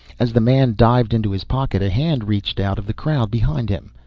as the man dived into his pocket a hand reached out of the crowd behind him.